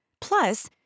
Plus